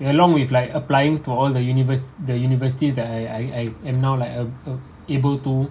along with like applying to all the univers~ the universities that I I I am now like uh uh able to